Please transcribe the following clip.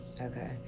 Okay